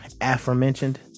aforementioned